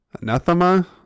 anathema